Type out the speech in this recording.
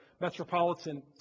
Metropolitan